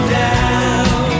down